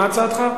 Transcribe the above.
מה הצעתך?